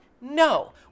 No